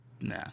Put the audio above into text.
Nah